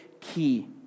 key